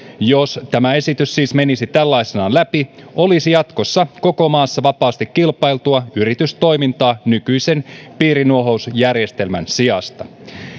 jos tämä esitys siis menisi tällaisenaan läpi olisi jatkossa koko maassa vapaasti kilpailtua yritystoimintaa nykyisen piirinuohousjärjestelmän sijasta